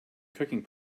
cooking